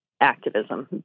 activism